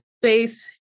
space